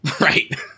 right